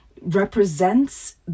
represents